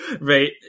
right